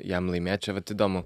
jam laimėt čia vat įdomu